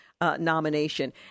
nomination